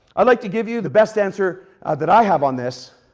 i'd like to give you the best answer that i have on this.